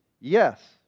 Yes